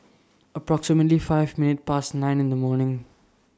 approximately five minutes Past nine in The morning